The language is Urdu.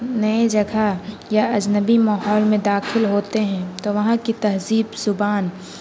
نئے جگہ یا اجنبی ماحول میں داخل ہوتے ہیں تو وہاں کی تہذیب زبان